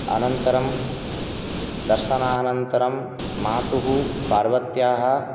अनन्तरं दर्शनान्तरं मातुः पार्वत्याः